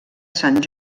sant